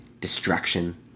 distraction